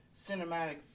cinematic